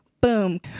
Boom